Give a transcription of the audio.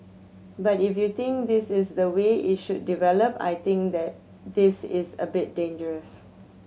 but if you think this is the way it should develop I think this is a bit dangerous